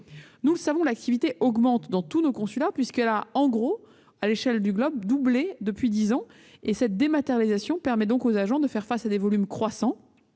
Nous le savons : l'activité augmente dans tous nos consulats, puisqu'elle a en gros, à l'échelle du globe, doublé depuis dix ans. La dématérialisation permet aux agents de faire face à des volumes croissants